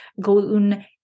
gluten